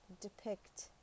depict